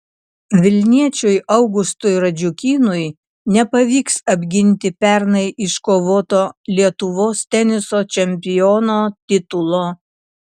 vilniečiui augustui radžiukynui nepavyks apginti pernai iškovoto lietuvos teniso čempiono titulo